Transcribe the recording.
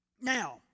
Now